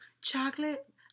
chocolate